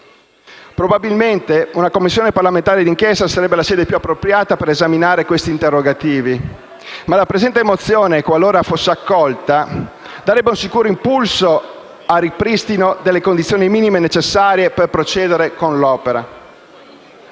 Probabilmente una Commissione parlamentare d'inchiesta sarebbe la sede più appropriata per esaminare questi interrogativi, ma la presente mozione, qualora fosse accolta, darebbe un sicuro impulso al ripristino delle condizioni minime necessarie per procedere con l'opera.